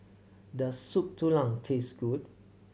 does Soup Tulang taste good